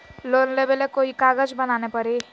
Loan लेबे ले कोई कागज बनाने परी?